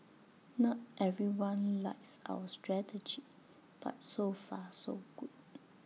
not everyone likes our strategy but so far so good